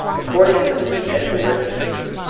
according to the annual register,